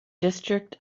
district